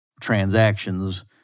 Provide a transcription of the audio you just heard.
transactions